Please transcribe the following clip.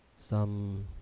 some